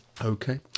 Okay